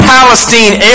Palestine